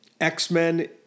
X-Men